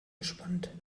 gespannt